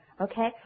okay